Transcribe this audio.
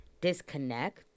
disconnect